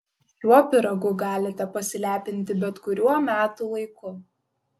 šiuo pyragu galite pasilepinti bet kuriuo metų laiku